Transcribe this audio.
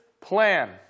plan